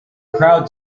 crowd